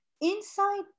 inside